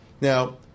Now